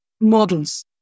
models